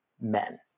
men